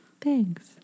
Thanks